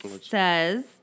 says